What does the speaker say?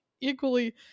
equally